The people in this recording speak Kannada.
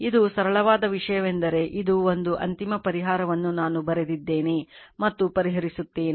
ಇದು ಸರಳವಾದ ವಿಷಯವೆಂದರೆ ಇದು ಒಂದು ಅಂತಿಮ ಪರಿಹಾರವನ್ನು ನಾನು ಬರೆದಿದ್ದೇನೆ ಮತ್ತು ಪರಿಹರಿಸುತ್ತೇನೆ